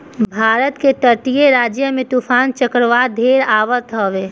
भारत के तटीय राज्य में तूफ़ान चक्रवात ढेर आवत हवे